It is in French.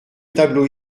tableau